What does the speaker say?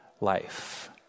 life